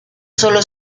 solo